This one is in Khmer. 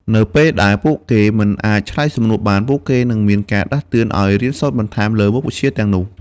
នៅពេលដែលពួកគេមិនអាចឆ្លើយសំណួរបាន ពួកគេនឹងមានការដាស់តឿនឲ្យរៀនសូត្របន្ថែមលើមុខវិជ្ជាទាំងនោះ។